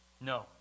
No